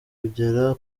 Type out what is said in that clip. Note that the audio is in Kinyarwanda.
kugera